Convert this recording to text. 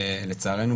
לצערנו,